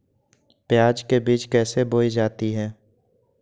प्याज के बीज कैसे बोई जाती हैं?